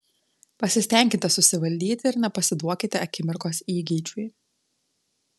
pasistenkite susivaldyti ir nepasiduokite akimirkos įgeidžiui